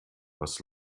was